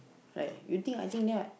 right you think I think that right